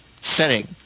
setting